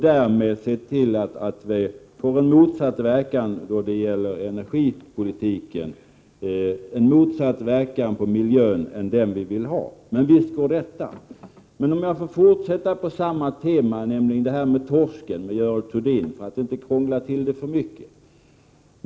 Därmed ser man till att vi får en motsatt verkan på energipolitiken, en motsatt verkan på miljön än den vi vill ha. Men visst går detta. Får jag i diskussionen med Görel Thurdin fortsätta på samma tema som tidigare, exemplet med torsken.